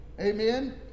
Amen